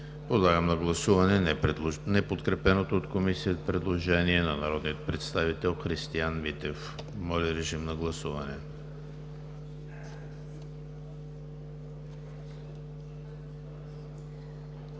Подлагам на гласуване неподкрепеното от Комисията предложение на народния представител Христиан Митев. Гласували